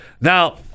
Now